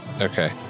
okay